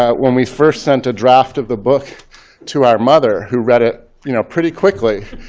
when we first sent a draft of the book to our mother, who read it you know pretty quickly,